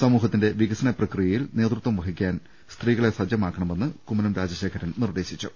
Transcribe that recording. സമൂഹത്തിന്റെ വികസന പ്രക്രിയ യിൽ നേതൃത്വം വഹിക്കാൻ സ്ത്രീകളെ സജ്ജമാക്കണ മെന്ന് കുമ്മനം രാജശേഖരൻ നിർദ്ദേശിച്ചു